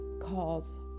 calls